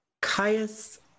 Caius